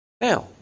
Now